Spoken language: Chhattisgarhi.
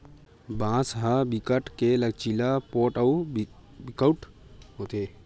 बांस ह बिकट के लचीला, पोठ अउ टिकऊ होथे